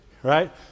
Right